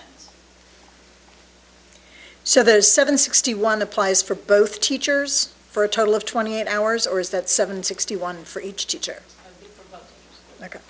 you so the seven sixty one applies for both teachers for a total of twenty eight hours or is that seven sixty one for each teacher like a